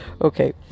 Okay